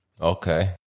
Okay